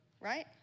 right